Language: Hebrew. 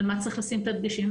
על מה צריך לשים את הדגשים.